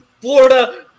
Florida